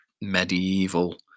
medieval